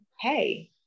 hey